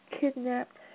kidnapped